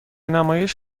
نمایش